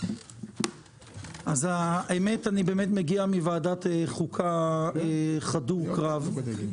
אני מגיע מוועדת חוקה חדור קרב.